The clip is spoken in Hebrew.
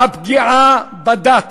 הפגיעה בדת